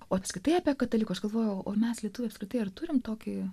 o apskritai apie katalikus aš galvojau o mes lietuviai apskritai ar turim tokį